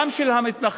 גם של המתנחלים,